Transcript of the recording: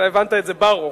אתה הבנת את זה, ברוך?